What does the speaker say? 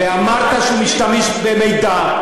ואמרת שהוא משתמש במידע,